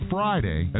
Friday